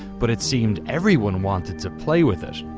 but it seemed everyone wanted to play with it.